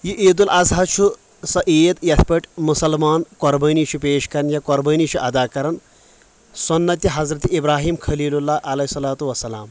یہِ عید الضحیٰ چھُ سۄ عید یتھ پٮ۪ٹھ مسلمان قۄربٲنی چھُ پیش کران یا قۄربٲنی چھُ ادا کران سوٚنتہِ حضرت ابراہیم خلیل اللہ علیہ الصلوۃ والسلام